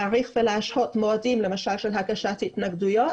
להאריך ולהשהות מועדים למשל של הגשת התנגדויות.